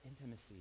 intimacy